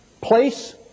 place